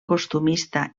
costumista